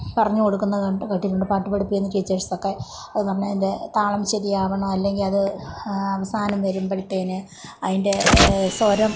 പറഞ്ഞുകൊടുക്കുന്നത് ഉണ്ട് കേട്ടിട്ടുണ്ട് പാട്ടു പഠിപ്പിക്കുന്ന ടീച്ചേഴ്സൊക്കെ അതു നമ്മൾ അതിൻ്റെ താളം ശരിയാകണം അല്ലെങ്കിൽ അത് അവസാനം വരുമ്പോഴത്തേന് അതിൻ്റെ സ്വരം